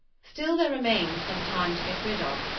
still there remained some time to get rid of,